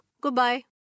goodbye